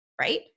right